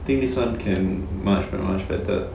I think this [one] can much much better